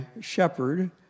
Shepherd